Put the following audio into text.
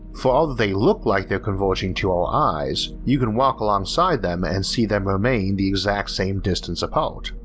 for all that they look like they're converging to our eyes, you can walk alongside them and see them remain the exact same distance apart.